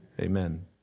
amen